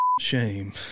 shame